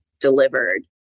delivered